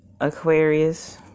Aquarius